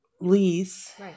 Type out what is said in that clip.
lease